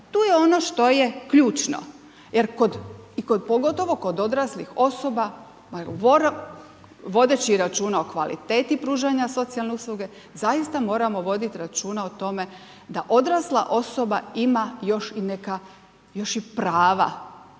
tu je ono što je ključno pogotovo kod odraslih osoba vodeći računa o kvaliteti pružanja socijalne usluge zaista moramo voditi računa o tome da odrasla osoba ima još i neka još